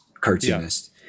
cartoonist